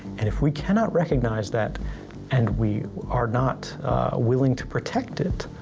and if we cannot recognize that and we are not willing to protect it,